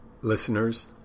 listeners